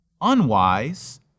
unwise